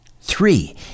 Three